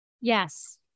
Yes